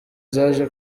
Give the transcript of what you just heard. zaje